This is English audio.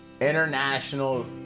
international